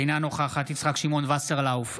אינה נוכחת יצחק שמעון וסרלאוף,